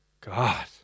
God